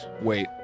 wait